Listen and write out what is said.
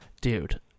Dude